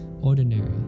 ordinary